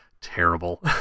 Terrible